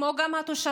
כמו גם התושבים,